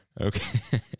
Okay